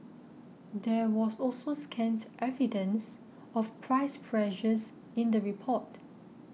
there was also scant evidence of price pressures in the report